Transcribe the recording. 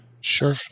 Sure